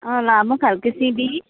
अँ लामो खालके सिमी